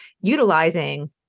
utilizing